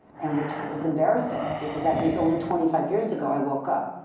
and which is embarrassing, because that means only twenty five years ago i woke up.